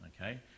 Okay